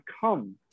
come